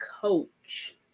coach